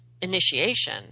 initiation